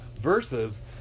Versus